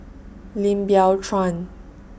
Lim Biow Chuan